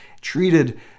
treated